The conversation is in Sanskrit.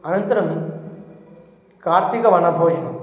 अनन्तरं कार्तिक वनभोजनं